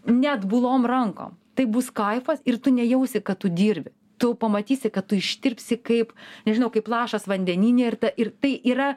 neatbulom rankom tai bus kaifas ir tu nejausi kad tu dirbi tu pamatysi kad tu ištirpsi kaip nežinau kaip lašas vandenyne ir ta ir tai yra